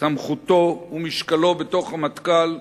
סמכותו ומשקלו בתוך המטכ"ל,